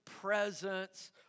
presence